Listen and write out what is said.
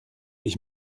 ich